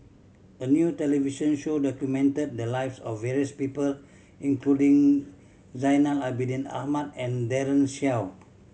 a new television show documented the lives of various people including Zainal Abidin Ahmad and Daren Shiau